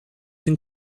den